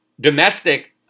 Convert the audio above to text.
domestic